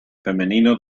femenino